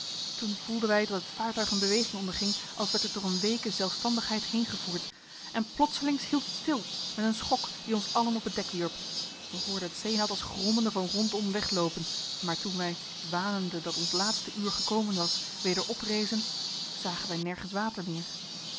toen voelden wij dat het vaartuig een beweging onderging als werd het door een weeke zelfstandigheid heengevoerd en plotselings hield het stil met een schok die ons allen op het dek wierp wij hoorden het zeenat als grommende van rondom wegloopen maar toen wij wanende dat ons laatste uur gekomen was weder oprezen zagen wij nergens water meer